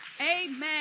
Amen